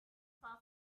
far